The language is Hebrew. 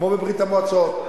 כמו בברית-המועצות.